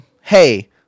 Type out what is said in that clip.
Hey